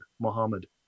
Muhammad